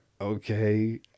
okay